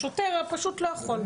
השוטר הפשוט לא יכול.